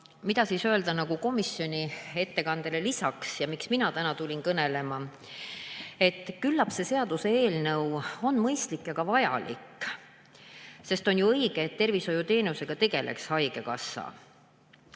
Aga mida öelda komisjoni ettekandele lisaks ja miks mina täna tulin kõnelema? Küllap see seaduseelnõu on mõistlik ja ka vajalik, sest on ju õige, et tervishoiuteenusega tegeleb haigekassa.